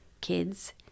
kids